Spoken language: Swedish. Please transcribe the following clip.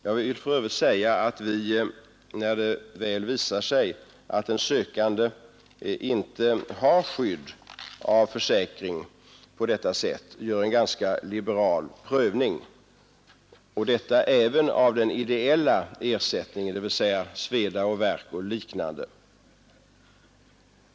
Jag vill för övrigt säga att vi, när det väl visar sig att en sökande inte har skydd av försäkring på detta sätt, gör en ganska liberal prövning — och detta även av den ideella ersättningen, dvs. ersättning för sveda och värk och liknande.